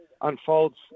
unfolds